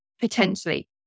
potentially